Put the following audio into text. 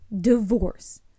divorce